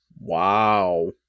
Wow